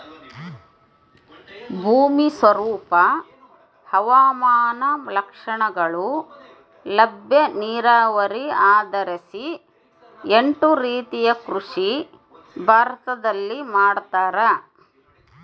ಭೂಮಿ ಸ್ವರೂಪ ಹವಾಮಾನ ಲಕ್ಷಣಗಳು ಲಭ್ಯ ನೀರಾವರಿ ಆಧರಿಸಿ ಎಂಟು ರೀತಿಯ ಕೃಷಿ ಭಾರತದಲ್ಲಿ ಮಾಡ್ತಾರ